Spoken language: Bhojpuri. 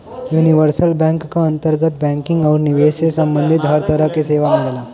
यूनिवर्सल बैंक क अंतर्गत बैंकिंग आउर निवेश से सम्बंधित हर तरह क सेवा मिलला